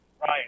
Right